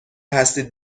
هستید